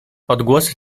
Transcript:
odgłosy